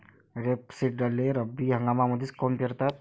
रेपसीडले रब्बी हंगामामंदीच काऊन पेरतात?